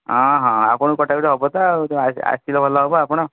ହଁ ହଁ ଆପଣଙ୍କୁ କଟାକଟି ହେବ ତ ଆସିଲେ ଭଲ ହେବ ଆପଣ